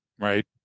Right